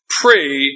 pray